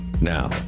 Now